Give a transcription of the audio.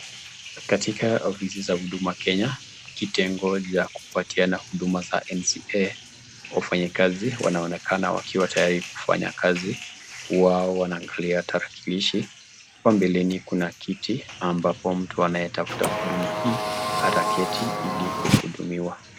Katika ofisi za Huduma Kenya, kitengo cha kupatiana huduma za NCA , wafanyikazi wanaonekana wakiwa tayari kufanya kazi. Wao wanaangalia tarakilishi. Hapa mbeleni kuna kiti ambapo mtu anayetafuta huduma hii ataketi ili kuhudumiwa.